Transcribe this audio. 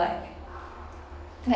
like like